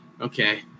okay